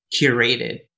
curated